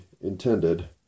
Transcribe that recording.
intended